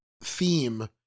theme